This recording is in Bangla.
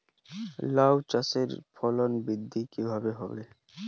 লাউ চাষের ফলন বৃদ্ধি কিভাবে হবে?